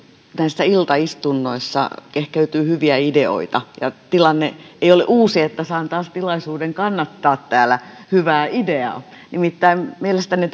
näissä iltaistunnoissa kehkeytyy hyviä ideoita tilanne ei ole uusi että saan taas tilaisuuden kannattaa täällä hyvää ideaa nimittäin mielestäni